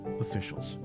officials